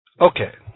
Okay